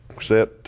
set